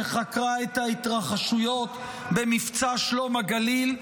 שחקרה את ההתרחשויות במבצע שלום הגליל.